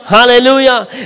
Hallelujah